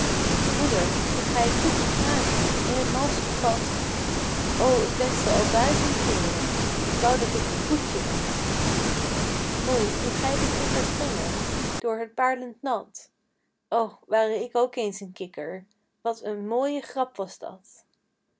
moeder ziet gij t koetje grazen in het malsche gras o ik wenschte al duizend keeren k wou dat ik een koetje was moe ziet gij dien kikkerd springen door het paar'lend nat o ware ik ook eens een kikker wat een mooie grap was dat